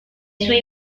sue